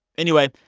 anyway,